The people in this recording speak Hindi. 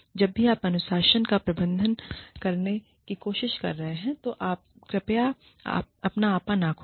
जब भी आप अनुशासन का प्रबंध करने की कोशिश कर रहे हैं तो कृपया अपना आपा न खोएं